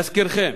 להזכירכם,